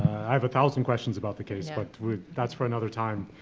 i have a thousand questions about the case but that's for another time.